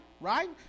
right